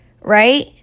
right